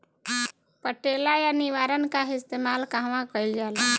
पटेला या निरावन का इस्तेमाल कहवा कइल जाला?